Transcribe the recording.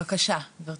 בבקשה, גברתי.